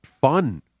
fun